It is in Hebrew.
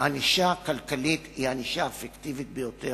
הענישה הכלכלית היא הענישה האפקטיבית ביותר,